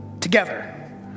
Together